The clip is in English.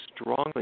strongly